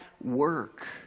work